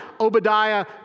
Obadiah